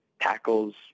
tackles